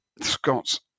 Scott's